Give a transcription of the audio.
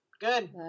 good